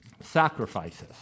sacrifices